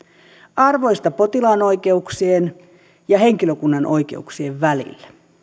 arvoista potilaan oikeuksien ja henkilökunnan oikeuksien välillä